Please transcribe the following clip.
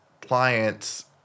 clients